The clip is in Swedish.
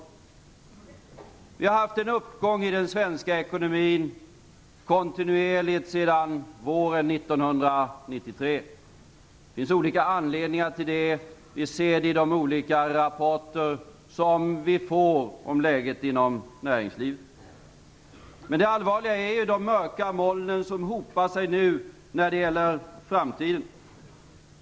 Vi har kontinuerligt haft en uppgång i den svenska ekonomin sedan våren 1993. Det finns olika anledningar till detta. Vi ser det i olika rapporter som vi får om läget inom näringslivet. Men det allvarliga är de mörka molnen som nu hopar sig när det gäller framtiden.